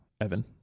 Evan